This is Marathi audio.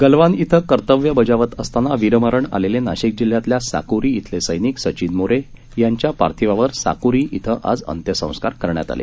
गलवान इथं कर्तव्य बजावत असताना वीरमरण आलेले नाशिक जिल्ह्यातल्या साकुरी इथले सैनिक सचिन मोरे यांच्या पार्थिवावर साकुरी इथं आज अंत्यसंस्कार करण्यात आले